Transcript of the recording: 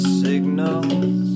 signals